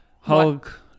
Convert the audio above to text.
hulk